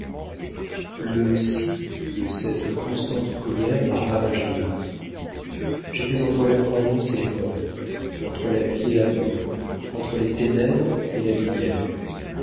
le si de cette constante prière m'a ravagé l'âme j'étais entre la croyance et l'erreur entre la vie et la mort entre les ténèbres et la lumière